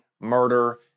murder